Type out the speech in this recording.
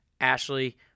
Ashley